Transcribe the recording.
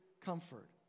comfort